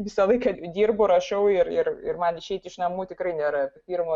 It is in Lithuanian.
visą laiką dirbu rašau ir ir ir man išeit iš namų tikrai nėra pirmo